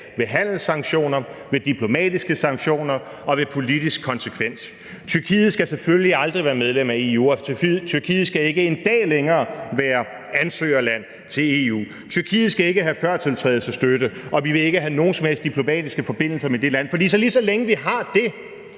med handelssanktioner, diplomatiske sanktioner og med politisk konsekvens. Tyrkiet skal selvfølgelig aldrig være medlem af EU, og Tyrkiet skal ikke en dag længere være ansøgerland til EU. Tyrkiet skal ikke have førtiltrædelsesstøtte, og vi vil ikke have nogen som helst diplomatiske forbindelser med det her land. For lige så længe vi har det,